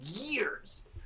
years